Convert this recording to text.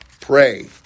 pray